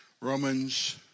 Romans